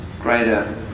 greater